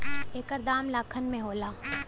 एकर दाम लाखन में होला